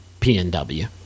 PNW